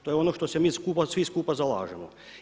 To je ono što se mi svi skupa zalažemo.